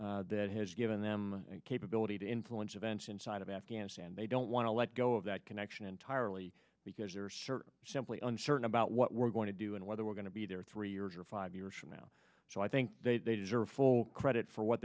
group that has given them capability to influence events inside of afghanistan they don't want to let go of that connection entirely because there are certain simply uncertain about what we're going to do and whether we're going to be there three years or five years now so i think they deserve full credit for what